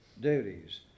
duties